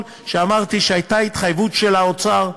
שאמרתי שהייתה התחייבות של האוצר,